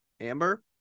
Amber